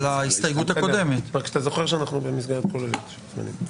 הצבעה בעד, 5 נגד,